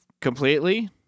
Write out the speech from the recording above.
completely